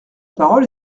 parole